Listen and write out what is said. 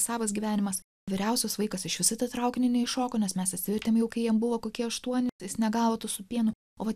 savas gyvenimas vyriausias vaikas iš viso į tą traukinį neiššoko nes mes atsivertėm jau kai jiem buvo kokie aštuoni jis negavo to su pienu o